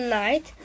night